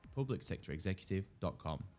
publicsectorexecutive.com